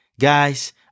Guys